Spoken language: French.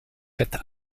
faite